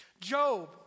Job